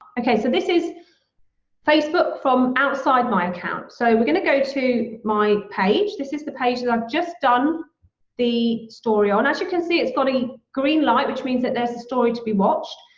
okay, so this is facebook from outside my account. so we're gonna go to my page, this is the page that i've just done the story on. as you can see, it's got a green light which means that there's a story to be watched,